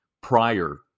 prior